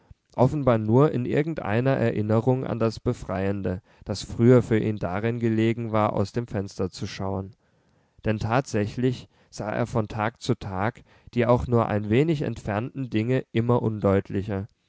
offenbar nur in irgendeiner erinnerung an das befreiende das früher für ihn darin gelegen war aus dem fenster zu schauen denn tatsächlich sah er von tag zu tag die auch nur ein wenig entfernten dinge immer undeutlicher